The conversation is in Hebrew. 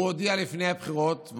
הוא הודיע לפני הבחירות,